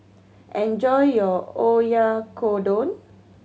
enjoy your Oyakodon